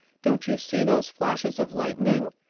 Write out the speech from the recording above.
don't you see those flashes of lightning?